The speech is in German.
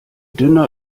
dünner